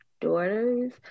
daughters